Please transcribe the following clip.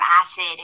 acid